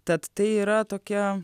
tad tai yra tokia